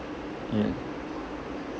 yeah